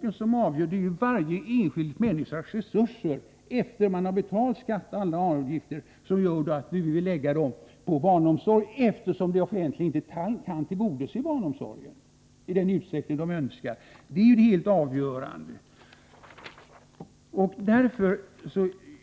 Det rör sig ju om de enskilda människornas resurser efter att de har betalat skatter och avgifter, och de skall själva få avgöra om de vill lägga sina pengar på barnomsorg, när det offentliga inte kan tillgodose denna i den utsträckning de önskar. Det är det helt avgörande.